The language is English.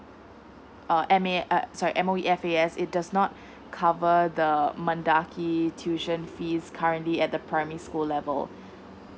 uh M A~ err sorry M_O_E F A S it does not cover the mendaki tuition fees currently at the primary school level